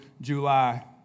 July